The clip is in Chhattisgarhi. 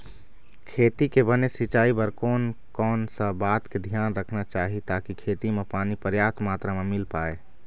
खेती के बने सिचाई बर कोन कौन सा बात के धियान रखना चाही ताकि खेती मा पानी पर्याप्त मात्रा मा मिल पाए?